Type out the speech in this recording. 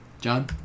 John